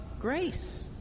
grace